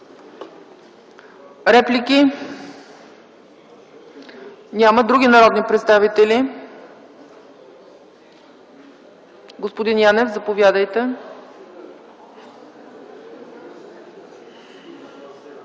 Реплики? Няма. Други народни представители? Господин Янев, заповядайте.